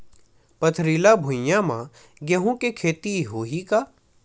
पथरिला भुइयां म गेहूं के खेती होही का?